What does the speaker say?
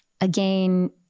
Again